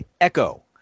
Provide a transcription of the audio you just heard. Echo